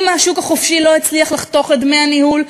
אם השוק החופשי לא יצליח לחתוך את דמי הניהול,